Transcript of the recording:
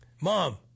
Mom